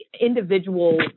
individual